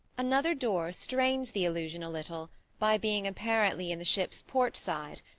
another door strains the illusion a little by being apparently in the ship's port side,